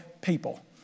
people